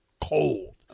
cold